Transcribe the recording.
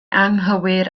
anghywir